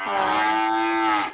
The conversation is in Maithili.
हँ